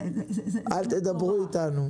'אל תדברו איתנו'.